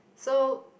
so